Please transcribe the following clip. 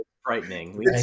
frightening